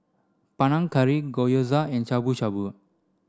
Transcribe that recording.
Panang Curry Gyoza and Shabu shabu